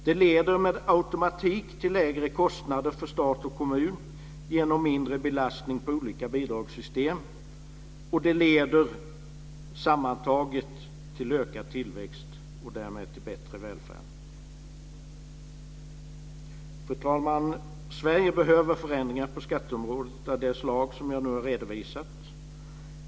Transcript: Det leder med automatik till lägre kostnader för stat och kommun genom mindre belastning på olika bidragssystem och det leder sammantaget till ökad tillväxt och därmed till bättre välfärd. Fru talman! Sverige behöver förändringar på skatteområdet av det slag som jag nu har redovisat.